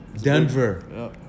Denver